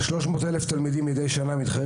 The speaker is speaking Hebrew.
300,000 תלמידים מידי שנה מתחרים